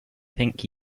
pink